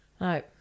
No